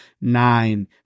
nine